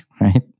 Right